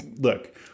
look